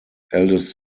eldest